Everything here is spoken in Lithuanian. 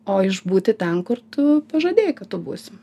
o išbūti ten kur tu pažadėjai kad tu būsi